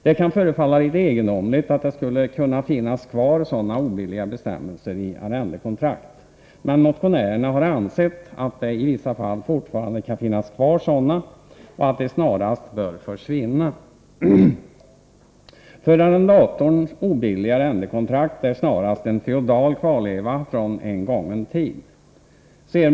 Det kan förefalla litet egendomligt att obilliga bestämmelser i arrendekontrakt skulle kunna finnas kvar, men motionärerna har ansett att sådana i vissa fall fortfarande kan förekomma och att de snarast bör försvinna. För arrendatorn obilliga arrendekontrakt är snarast en feodal kvarleva från en gången tid.